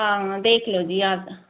ਹਾਂ ਦੇਖ ਲਓ ਜੀ ਆਪਦਾ